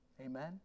Amen